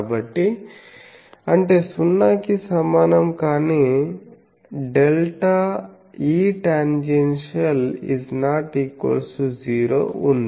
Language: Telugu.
కాబట్టి అంటే సున్నాకి సమానం కాని ΔEtan≠ 0 ఉంది